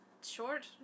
short